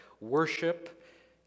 worship